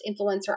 Influencer